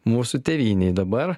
mūsų tėvynėj dabar